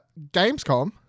Gamescom